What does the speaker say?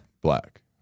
black